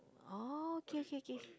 oh K K K